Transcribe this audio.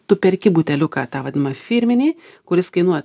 tu perki buteliuką tą vadinamą firminį kuris kainuoja